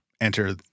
enter